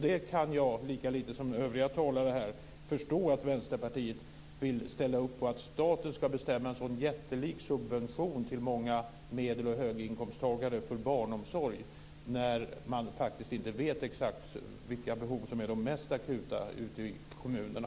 Jag kan inte, lika lite som övriga talare här, förstå att Vänsterpartiet vill ställa upp på att staten ska bestämma över en sådan jättelik subvention till många medel och höginkomsttagare för barnomsorg när man faktiskt inte vet exakt vilka behov som är de mesta akuta ute i kommunerna.